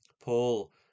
Paul